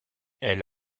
elle